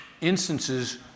instances